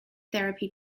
therapy